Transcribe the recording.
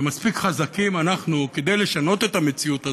ומספיק חזקים, אנחנו, כדי לשנות את המציאות הזאת,